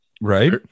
Right